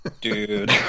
Dude